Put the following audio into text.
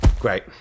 Great